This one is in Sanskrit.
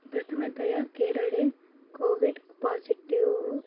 प्रतमतया केरळे कोविड् पासिटिव्